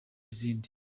izindi